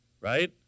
right